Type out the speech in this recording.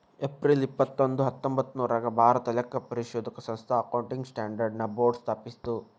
April ಇಪ್ಪತ್ತೊಂದು ಹತ್ತೊಂಭತ್ತ್ನೂರಾಗ್ ಭಾರತಾ ಲೆಕ್ಕಪರಿಶೋಧಕ ಸಂಸ್ಥಾ ಅಕೌಂಟಿಂಗ್ ಸ್ಟ್ಯಾಂಡರ್ಡ್ ನ ಬೋರ್ಡ್ ಸ್ಥಾಪಿಸ್ತು